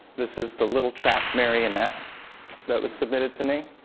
this is the little trap marionette that was submitted to me.